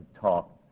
talk